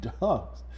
dogs